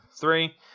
three